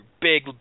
big